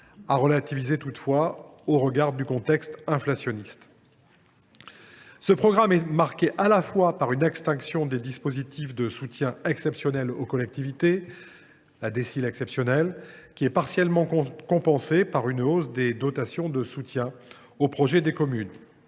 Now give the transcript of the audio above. à relativiser toutefois au regard du contexte inflationniste. Ce programme est marqué, à la fois, par une extinction des dispositifs de soutien exceptionnels aux collectivités, par exemple la DSIL exceptionnelle, partiellement compensée par une hausse des dotations de soutien aux projets des communes,